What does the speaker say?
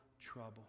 trouble